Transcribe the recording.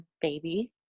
baby